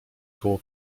koło